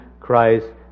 Christ